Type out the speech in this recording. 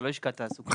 זאת לא לשכת התעסוקה.